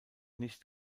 nicht